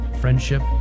friendship